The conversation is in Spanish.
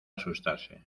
asustarse